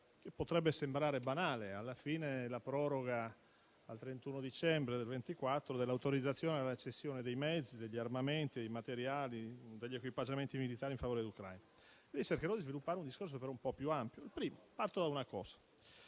potrebbe sembrare banale. Alla fine, si tratta della proroga al 31 dicembre del 2024 dell'autorizzazione alla cessione dei mezzi, degli armamenti, dei materiali e degli equipaggiamenti militari in favore dell'Ucraina. Io cercherò di sviluppare un discorso più ampio, partendo da una